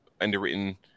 Underwritten